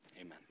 amen